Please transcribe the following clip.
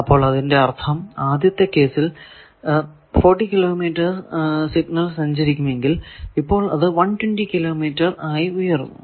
അപ്പോൾ അതിന്റെ അർഥം ആദ്യത്തെ കേസിൽ 40 കിലോമീറ്റർ സിഗ്നൽ സഞ്ചരിക്കുമെങ്കിൽ ഇപ്പോൾ അത് 120 കിലോമീറ്റർ ആയി ഉയർന്നു